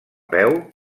peu